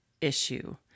issue